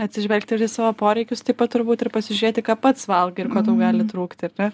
atsižvelgti ir į savo poreikius taip pat turbūt ir pasižiūrėti ką pats valgai ir ko tau gali trūkti ar ne